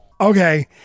okay